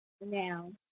Now